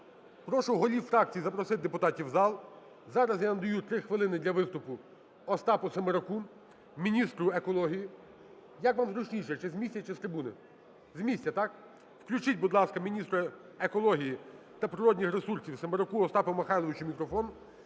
прошу голів фракцій запросити депутатів в зал. Зараз я надаю 3 хвилини для виступу Остапу Семераку, міністру екології. Як вам зручніше, чи з місця чи з трибуни? З місця, так? Включіть, будь ласка, міністру екології та природніх ресурсів Семераку Остапу Михайловичу мікрофон.